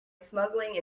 smuggling